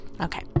Okay